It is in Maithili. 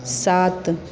सात